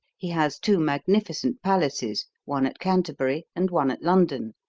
he has two magnificent palaces, one at canterbury and one at london,